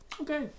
Okay